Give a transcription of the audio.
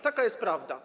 Taka jest prawda.